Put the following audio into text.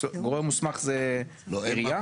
גורם מוסמך זה עירייה?